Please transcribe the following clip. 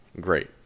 great